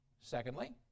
Secondly